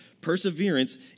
Perseverance